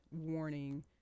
warning